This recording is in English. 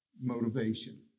motivation